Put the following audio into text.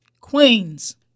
Queens